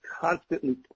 constantly